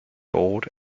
board